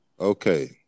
Okay